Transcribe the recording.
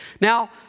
Now